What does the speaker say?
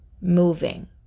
moving